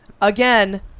Again